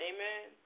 Amen